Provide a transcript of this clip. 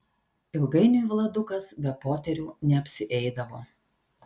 ilgainiui vladukas be poterių neapsieidavo